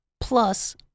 plus